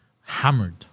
Hammered